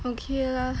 okay lah